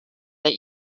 that